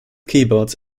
keyboards